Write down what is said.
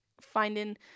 finding